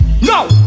No